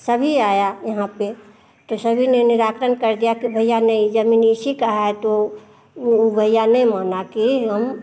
सभी आया यहाँ पे तो सभी ने निराकरण कर दिया कि भईया नहीं कि जमीन इसी का है तो वो भईया नहीं माना फिर हम